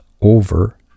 over